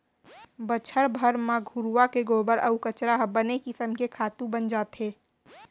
बछर भर म घुरूवा के गोबर अउ कचरा ह बने किसम के खातू बन जाथे